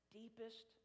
deepest